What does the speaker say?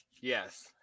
Yes